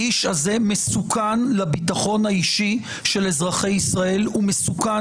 האיש הזה מסוכן לביטחון האישי של אזרחי ישראל והוא מסוכן